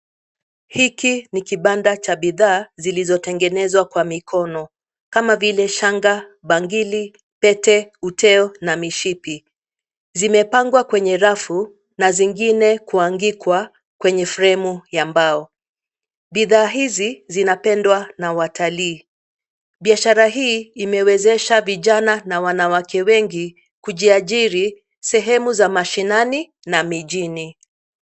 Hiki ni kibanda cha bidhaa zilizotengenezwa kwa mikono kama vile shanga, bangili, pete, uteo na mishipi. Zimepangwa kwenye rafu na zingine kuangikwa kwenye fremu ya mbao. Bidhaa hizi zinapendwa na watalii. Biashara hii imewezesha vijana na wanawake wengi kujiajiri sehemu za mashinani na mijini.